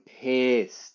pissed